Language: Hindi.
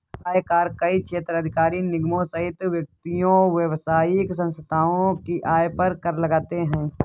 आयकर कई क्षेत्राधिकार निगमों सहित व्यक्तियों, व्यावसायिक संस्थाओं की आय पर कर लगाते हैं